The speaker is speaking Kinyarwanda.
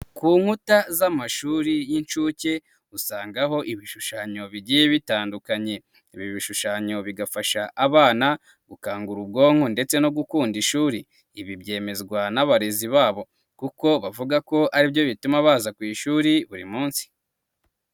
Ku nkuta z'amashuri y'incuke usangaho ibishushanyo bigiye bitandukanye, ibi bishushanyo bigafasha abana gukangura ubwonko ndetse no gukunda ishuri, ibi byemezwa n'abarezi babo kuko bavuga ko aribyo bituma baza ku ishuri buri munsi.